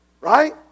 Right